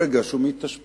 ברגע שהוא מתאשפז,